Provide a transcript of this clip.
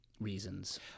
reasons